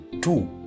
Two